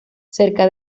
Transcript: cerca